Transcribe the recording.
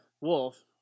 wolf